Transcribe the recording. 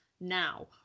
now